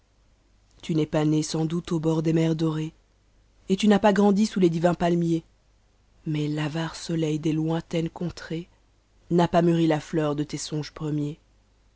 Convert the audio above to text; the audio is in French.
tu n'es pas ne sans doute an bord des mers dorées et tu n'as pas grandi sous les divins palmiers mais l'avare soleil des lointaines contrées m'a pas mnr a nenr de tes songes